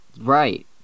Right